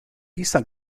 eastern